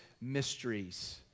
mysteries